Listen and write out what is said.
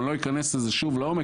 אני לא אכנס לזה לעומק.